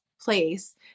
place